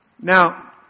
Now